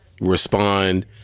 respond